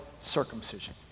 circumcision